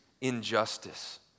injustice